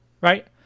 right